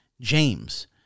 James